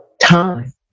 time